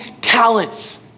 talents